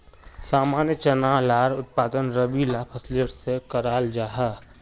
सामान्य चना लार उत्पादन रबी ला फसलेर सा कराल जाहा